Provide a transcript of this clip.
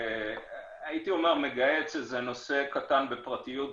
הייתי אומר מגהץ איזה נושא קטן בפרטיות,